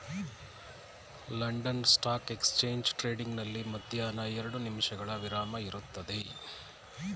London stock exchange trading ನಲ್ಲಿ ಮಧ್ಯಾಹ್ನ ಎರಡು ನಿಮಿಷಗಳ ವಿರಾಮ ಇರುತ್ತದೆ